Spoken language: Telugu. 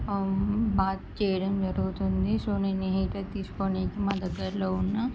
బాత్ చేయడం జరుగుతుంది సో నేను హీటర్ తీసుకోడానికి మా దగ్గరలో ఉన్న